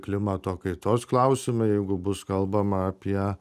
klimato kaitos klausimai jeigu bus kalbama apie